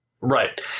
Right